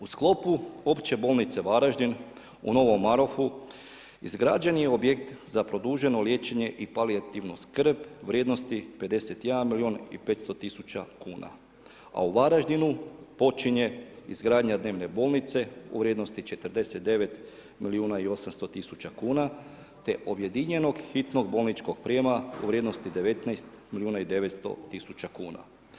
U sklopu opće bolnice Varaždin, u Novom Marofu, izgrađen je objekt za produženo liječenje i palijativnu skrb u vrijednosti 51 milijun i 500 tisuća kuna, a u Varaždinu, počinje izgradnja dnevne bolnice u vrijednosti 49 milijuna i 800 tisuća kuna te objedinjenog hitnog bolničkog prijama u vrijednosti od 19 milijuna i 900 tisuća kuna.